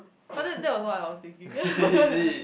oh that that was what I was thinking